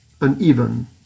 uneven